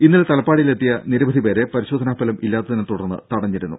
ഇന്നലെ തലപ്പാടിയിലെത്തിയ നിരവധി പേരെ പരിശോധനാഫലം ഇല്ലാത്തതിനെ തുടർന്ന് തടഞ്ഞിരുന്നു